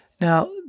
Now